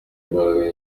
imbaraga